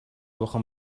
بخوام